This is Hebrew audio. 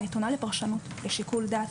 היא נתונה לפרשנות ולשיקול דעת.